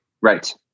Right